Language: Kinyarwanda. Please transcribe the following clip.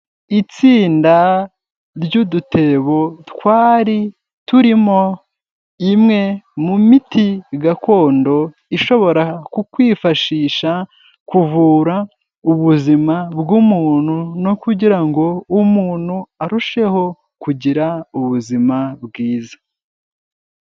Itsinda ry'udutebo twari turimo imwe mu miti gakondo, ishobora kukwifashisha kuvura ubuzima bw'umuntu no kugira ngo umuntu arusheho kugira ubuzima bwiza.